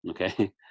okay